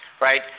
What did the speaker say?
right